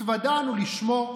התוודענו לשמו,